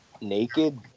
naked